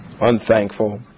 unthankful